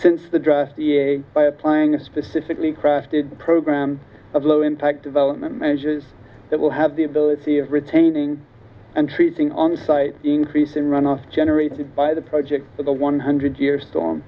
since the drive by applying a specifically crafted program of low impact development measures that will have the ability of retaining and treating on site increasing runoff generated by the project for the one hundred year storm